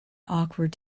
awkward